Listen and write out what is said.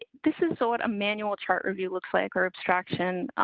ah this is ah what a manual chart review looks like or abstraction